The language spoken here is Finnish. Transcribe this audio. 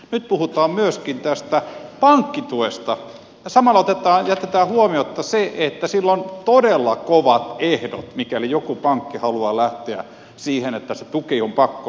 nyt puhutaan myöskin tästä pankkituesta ja samalla jätetään huomiotta se että sille on todella kovat ehdot mikäli joku pankki haluaa lähteä siihen että se tuki on pakko ottaa